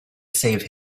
save